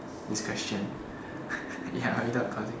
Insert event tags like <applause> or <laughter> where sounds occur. this question <breath> ya without consequence